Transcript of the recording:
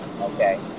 Okay